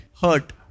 hurt